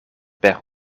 per